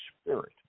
Spirit